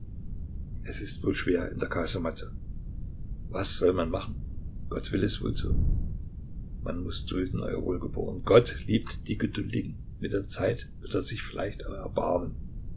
es ist wohl schwer in der kasematte was soll man machen gott will es wohl so man muß dulden euer wohlgeboren gott liebt die geduldigen mit der zeit wird er sich vielleicht auch erbarmen